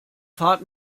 fahrt